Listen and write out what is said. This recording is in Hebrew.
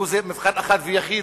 זה מבחן אחד ויחיד,